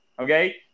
Okay